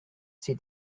see